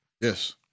Yes